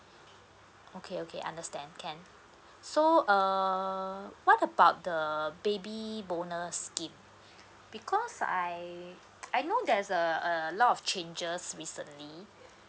okay okay understand can so uh what about the baby bonus scheme because I I know there's uh a lot of changes recently